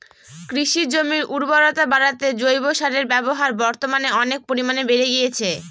কৃষিজমির উর্বরতা বাড়াতে জৈব সারের ব্যবহার বর্তমানে অনেক পরিমানে বেড়ে গিয়েছে